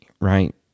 right